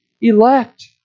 elect